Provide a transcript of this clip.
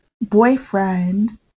boyfriend